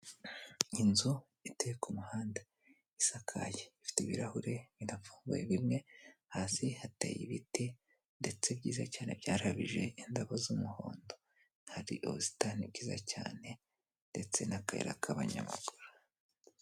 Inzu iteye ku muhanda isakaye ifite ibirahure bidafunguye bimwe hasi hateye ibiti ndetse byiza cyane byarabije indabo z'umuhondo, hari ubusitani bwiza cyane ndetse n'akayira k'abanyamaguru.